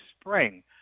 spring